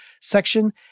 section